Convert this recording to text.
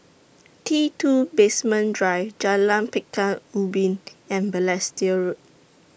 T two Basement Drive Jalan Pekan Ubin and Balestier Road